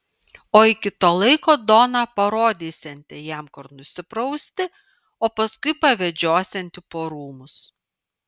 o iki to laiko dona parodysianti jam kur nusiprausti o paskui pavedžiosianti po rūmus